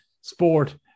Sport